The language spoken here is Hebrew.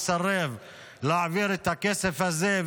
מסרב להעביר את הכסף הזה.